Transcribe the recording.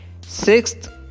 Sixth